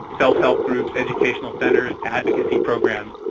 self-help groups, educational centers, advocacy programs,